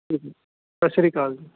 ਸਤਿ ਸ਼੍ਰੀ ਅਕਾਲ ਜੀ